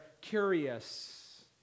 curious